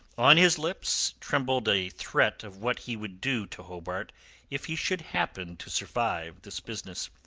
on his lips trembled a threat of what he would do to hobart if he should happen to survive this business.